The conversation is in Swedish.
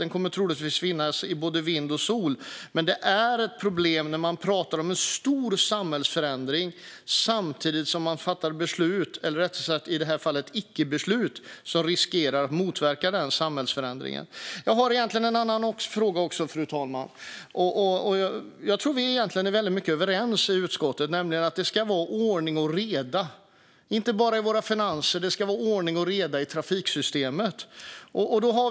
Den kommer troligtvis att finnas i både vind och sol. Men det är ett problem när man pratar om en stor samhällsförändring samtidigt som man fattar beslut eller rättare sagt, i detta fall, icke-beslut som riskerar att motverka den samhällsförändringen. Jag har en annan fråga också, fru talman. Jag tror att vi egentligen är väldigt överens i utskottet om att det ska vara ordning och reda, inte bara i våra finanser utan också i trafiksystemet.